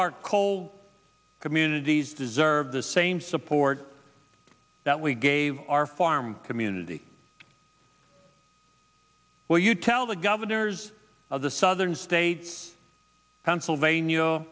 our coal communities deserve the same support that we gave our farm community will you tell the governors of the southern states pennsylvania